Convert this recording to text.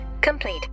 complete